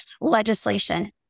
legislation